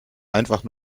einfach